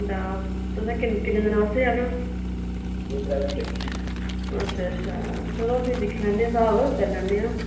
पतनी टाप तुसें किन्ने दिने बास्तै जाना दो त्रै दिन लग्गी गे जाने अच्छा अच्छा चलो फिर दिक्खने लैने स्हाब करी लैने हा